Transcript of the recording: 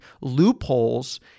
loopholes